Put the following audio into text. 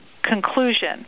conclusion